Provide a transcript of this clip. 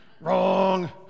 Wrong